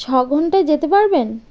ছ ঘন্টায় যেতে পারবেন